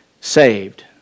saved